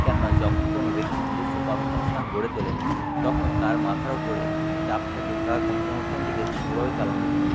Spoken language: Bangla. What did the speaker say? কেননা যখন কোনো ব্যক্তি নিজস্ব কর্মসংস্থান গড়ে তোলে তখন তার মাথার ওপর একটি চাপ থাকে তার কর্মসংস্থানটিকে সুন্দরভাবে চালানোর জন্য